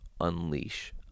unleash